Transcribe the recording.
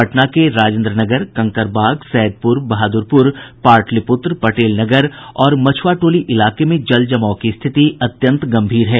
पटना के राजेन्द्र नगर कंकड़बाग सैदपुर बहादुरपुर पाटलिपुत्र पटेल नगर और मछुआ टोली इलाके में जल जमाव की स्थिति अत्यंत गम्भीर है